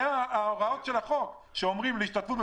זה הוראות החוק להשתתפות.